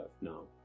No